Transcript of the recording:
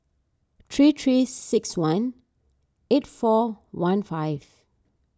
three three six one eight four one five